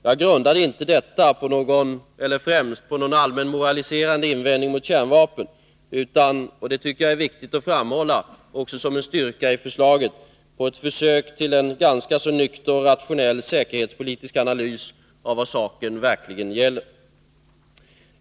Jag grundar inte detta främst på någon allmän moraliserande invändning mot kärnvapen, utan — och det tycker jag är viktigt att framhålla också som en styrka i förslaget — på ett försök till en ganska så nykter och rationell säkerhetspolitisk analys av vad saken verkligen gäller.